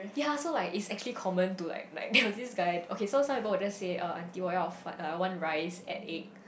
ya so like it's actually common to like like there was this guy okay so some people will just say uh auntie 我要饭 uh I want rice add egg